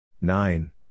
Nine